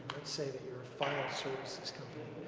let's say that you're a file services company,